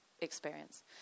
experience